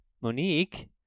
Monique